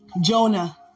Jonah